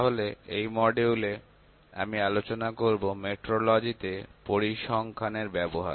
তাহলে এই মডিউলে আমি আলোচনা করব মেট্রোলজি তে পরিসংখ্যান এর ব্যবহার